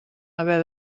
haver